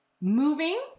Moving